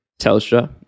Telstra